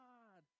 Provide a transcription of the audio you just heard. God